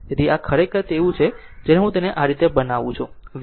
તેથી આ ખરેખર તેવું છે જે હું તેને આ રીતે બનાવું છું અને v Vs